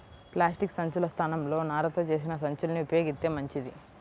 plastic సంచుల స్థానంలో నారతో చేసిన సంచుల్ని ఉపయోగిత్తే మంచిది